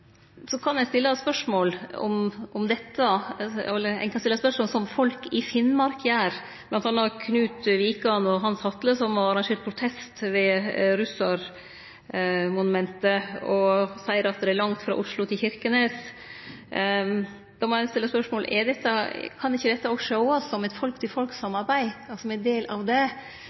Så kan ein stille spørsmål som folk i Finnmark gjer, bl.a. Kurt Wikan og Hans Hatle, som har arrangert ei protestmarkering ved russarmonumentet, og som seier at det er langt frå Oslo til Kirkenes. Då må ein stille spørsmål: Kan ikkje dette òg sjåast som eit folk-til-folk-samarbeid – som ein del av det?